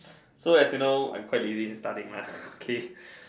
so as you know I'm quite in lazy studying lah okay